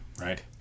right